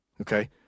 okay